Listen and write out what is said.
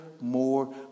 more